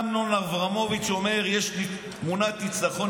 אמנון אברמוביץ' אומר: יש לי תמונת ניצחון,